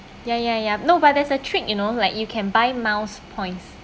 ya ya ya no but there's a trick you know like you can buy miles points